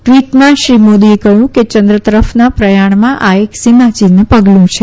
ટવીટમાં શ્રી મોદીએ કહયું કે ચંદ્ર તરફના પ્રયાણમાં આ એક સીમાચિન્હરૂપ પગલુ છે